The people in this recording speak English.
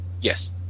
Yes